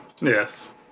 Yes